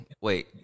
wait